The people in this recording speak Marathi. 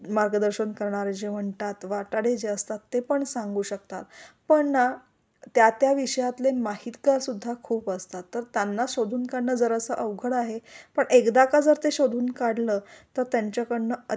मार्गदर्शन करणारे जे म्हणतात वाटाडे जे असतात ते पण सांगू शकतात पण ना त्या त्या विषयातले माहितगार सुद्धा खूप असतात तर त्यांना शोधून काढणं जरा असं अवघड आहे पण एकदा का जर ते शोधून काढलं तर त्यांच्याकडनं